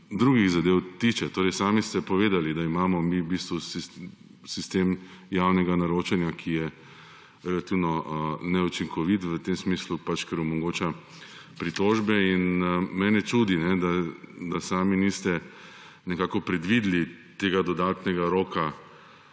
drugih zadev tiče. Sami ste povedali, da imamo v bistvu sistem javnega naročanja, ki je relativno neučinkovit, v tem smislu pač, ker omogoča pritožbe. Mene čudi, da sami niste nekako predvideli tega dodatnega roka